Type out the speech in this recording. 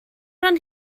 ran